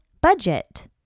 budget